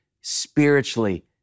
spiritually